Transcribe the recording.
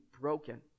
broken